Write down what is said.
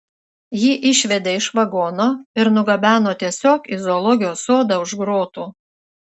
jį išvedė iš vagono ir nugabeno tiesiog į zoologijos sodą už grotų